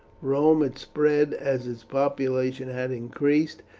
rome had spread as its population had increased,